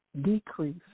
decrease